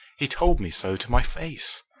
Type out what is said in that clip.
he told me so to my face.